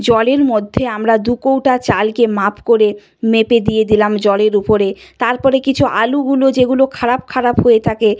জলের মধ্যে আমরা দু কৌটা চালকে মাপ করে মেপে দিয়ে দিলাম জলের উপরে তার পরে কিছু আলুগুলো যেগুলো খারাপ খারাপ হয়ে থাকে